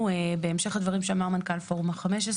בהמשך הדברים שאמר מנכ"ל פורום ה-15,